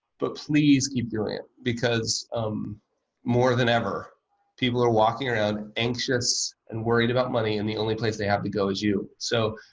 but please keep doing it because more than ever people are walking around anxious and worried about money and the only place they have to go is you. so,